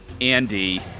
Andy